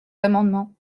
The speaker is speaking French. amendement